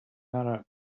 arab